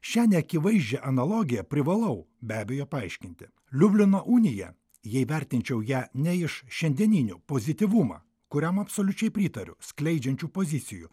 šią neakivaizdžią analogiją privalau be abejo paaiškinti liublino unija jei vertinčiau ją ne iš šiandieninio pozityvumą kuriam absoliučiai pritariu skleidžiančių pozicijų